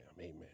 amen